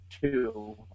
two